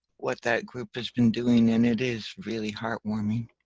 what that group has been doing and it is really heart warming.